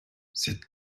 cette